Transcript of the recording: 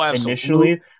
initially